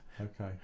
Okay